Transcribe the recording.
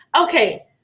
Okay